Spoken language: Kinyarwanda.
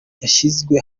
yashyizwe